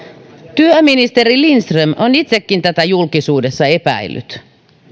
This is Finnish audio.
työministeri lindström on itsekin tätä julkisuudessa epäillyt